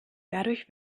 dadurch